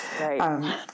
Right